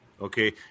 Okay